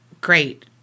great